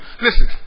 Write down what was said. Listen